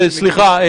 סליחה.